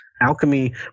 alchemy